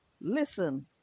listen